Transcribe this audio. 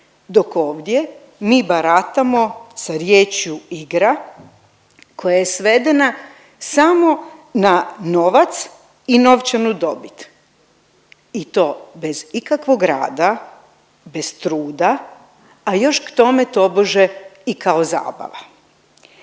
dok ovdje mi baratamo sa riječju igra koja je svedena samo na novac i novčanu dobit i to bez ikakvog rada, bez truda, a još k tome tobože i kao zabava.